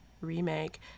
remake